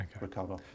recover